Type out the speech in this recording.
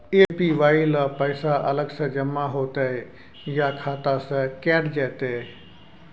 APY ल पैसा अलग स जमा होतै या खाता स कैट जेतै?